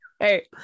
hey